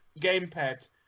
gamepad